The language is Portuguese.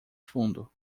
fundo